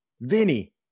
Vinny